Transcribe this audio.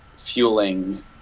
fueling